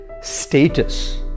status